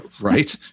Right